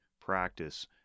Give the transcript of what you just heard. practice